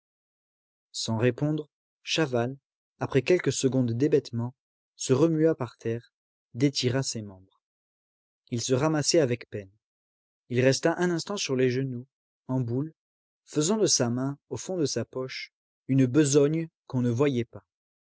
sans répondre chaval après quelques secondes d'hébétement se remua par terre détira ses membres il se ramassait avec peine il resta un instant sur les genoux en boule faisant de sa main au fond de sa poche une besogne qu'on ne voyait pas